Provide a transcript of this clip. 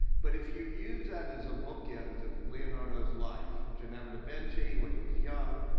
but if you use that as a bookend of leonardo's life, ginevra da benci when he's young,